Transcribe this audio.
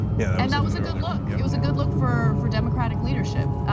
yeah and that was a good look. it it was a good look for for democratic leadership.